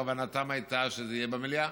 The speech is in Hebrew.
כוונתם הייתה שזה יהיה במליאה.